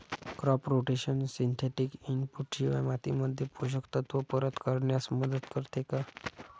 Crop rotation synthetic input शिवाय मातीमध्ये पोषक तत्त्व परत करण्यास मदत करते का?